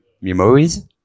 Memories